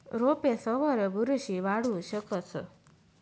रोपेसवर बुरशी वाढू शकस